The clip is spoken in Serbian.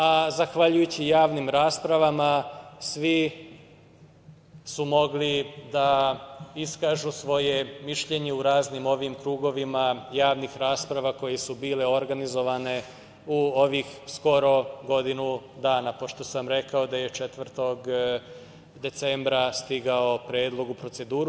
A zahvaljujući javnim raspravama, svi su mogli da iskažu svoje mišljenje u raznim ovim krugovima javnih rasprava koje su bile organizovane u ovih skoro godinu dana, pošto sam rekao da je 4. decembra stigao predlog u proceduru.